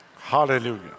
Hallelujah